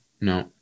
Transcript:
no